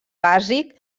bàsic